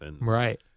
Right